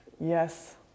yes